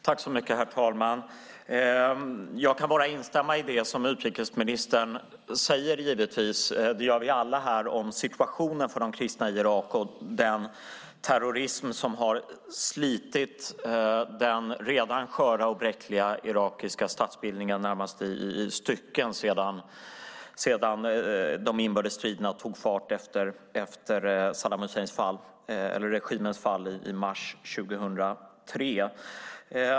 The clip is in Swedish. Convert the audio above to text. Herr talman! Jag kan bara instämma i det som utrikesministern säger, det gör vi alla här, om situationen för de kristna i Irak och den terrorism som har slitit den redan sköra och bräckliga irakiska statsbildningen närmast i stycken sedan de inbördes striderna tog fart efter regimens fall i mars 2003.